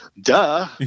duh